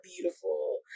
beautiful